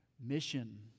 mission